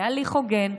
בהליך הוגן,